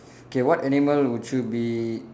K what animal would you be